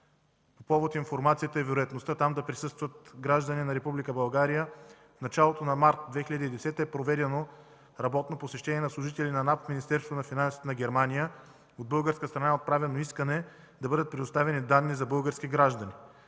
По повод информацията и вероятността там да присъстват граждани на Република България в началото на месец март 2010 г. е проведено работно посещение на служители на НАП в Министерството на финансите в Германия. От българска страна е отправено искане да бъдат предоставени данни за български граждани.